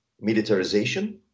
militarization